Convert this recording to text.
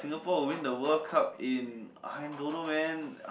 Singapore will win the World Cup in I don't know man